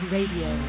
Radio